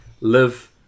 live